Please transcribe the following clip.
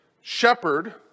shepherd